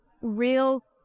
real